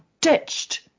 ditched